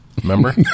remember